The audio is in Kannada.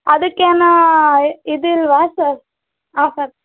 ಅದಕ್ಕೇನು ಇದಿಲ್ಲವಾ ಸರ್ ಆಫರ್